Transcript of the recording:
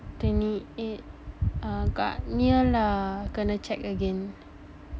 twenty eight agak near lah kena check again